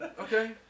Okay